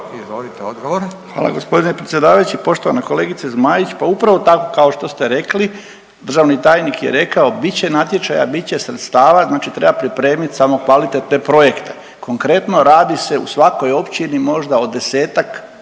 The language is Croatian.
Stipan (HDZ)** Hvala g. predsjedavajući. Poštovana kolegice Zmaić, pa upravo tako kao što ste rekli, državni tajnik je rekao bit će natječaja, bit će sredstava, znači treba pripremit samo kvalitetne projekte, konkretno radi se u svakoj općini možda o 10-tak